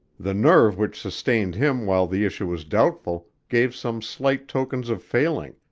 the nerve which sustained him while the issue was doubtful gave some slight tokens of failing,